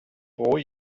pro